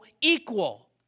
equal